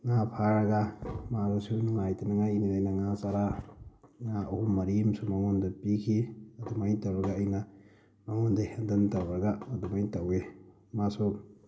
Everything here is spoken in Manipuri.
ꯉꯥ ꯐꯥꯔꯒ ꯃꯥꯁꯨ ꯅꯨꯡꯉꯥꯏꯇꯅꯤꯡꯉꯥꯏꯒꯤꯅꯦꯅ ꯑꯩꯅ ꯉꯥ ꯆꯔꯥ ꯉꯥ ꯑꯍꯨꯝ ꯃꯔꯤ ꯑꯃꯁꯨ ꯃꯉꯣꯟꯗ ꯄꯤꯈꯤ ꯑꯗꯨꯃꯥꯏꯅ ꯇꯧꯔꯒ ꯑꯩꯅ ꯃꯉꯣꯟꯗ ꯍꯦꯟꯗꯜ ꯇꯧꯔꯒ ꯑꯗꯨꯃꯥꯏꯅ ꯇꯧꯋꯤ ꯃꯥꯁꯨ